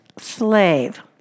slave